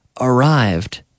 arrived